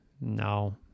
no